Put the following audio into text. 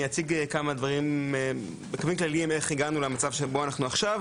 אציג בקווים כלליים איך הגענו למצב שבו אנו נמצאים עכשיו,